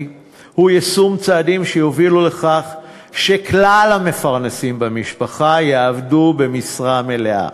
הוא יישום צעדים שיובילו לכך שכלל המפרנסים במשפחה יעבדו במשרה מלאה.